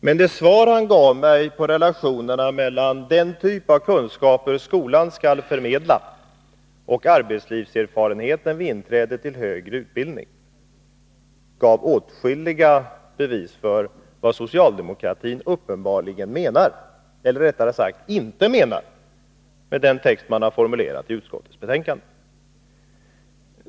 Men det svar han gav mig på frågan om relationerna mellan den typ av kunskaper skolan skall förmedla och arbetslivserfarenheten vid inträde till högre utbildning gav åtskilliga bevis för vad socialdemokratin uppenbarligen menar, eller rättare sagt inte menar, med den text man har formulerat i utskottets betänkande.